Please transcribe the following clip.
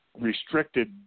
restricted